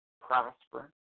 prosper